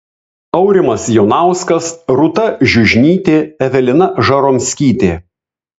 aurimas jonauskas rūta žiužnytė evelina žaromskytė